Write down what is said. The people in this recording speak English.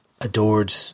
adored